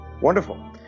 wonderful